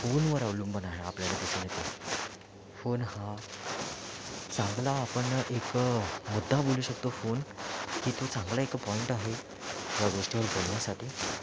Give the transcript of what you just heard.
phone वर अवलंबून आहे आपल्या फोन हा चांगला आपण एक मुद्दा बोलू शकतो फोन की तो चांगला एक पॉइंट आहे ह्या गोष्टीवर बोलण्यासाठी